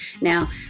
Now